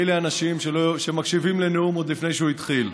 מילא אנשים שמקשיבים לנאום עוד לפני שהוא התחיל,